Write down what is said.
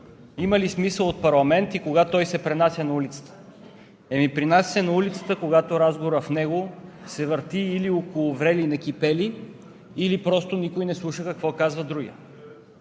има ли смисъл от парламент и кога той се пренася на улицата? Пренася се на улицата, когато разговорът в него се върти или около врели-некипели, или просто никой не слуша какво казва другият.